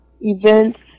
events